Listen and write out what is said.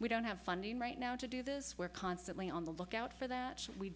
we don't have funding right now to do this we're constantly on the lookout for that